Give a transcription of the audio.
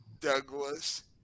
Douglas